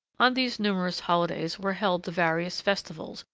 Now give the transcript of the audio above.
on these numerous holidays were held the various festivals,